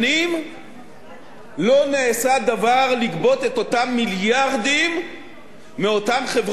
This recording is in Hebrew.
לא נעשה דבר כדי לגבות את אותם מיליארדים מאותן חברות גדולות ובינוניות,